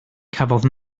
cafodd